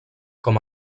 com